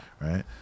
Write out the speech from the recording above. right